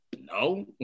no